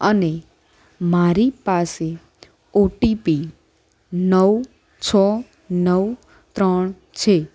અને મારી પાસે ઓટીપી નવ છ નવ ત્રણ છે